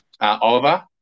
Oliver